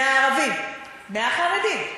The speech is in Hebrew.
מהערבים, מהחרדים,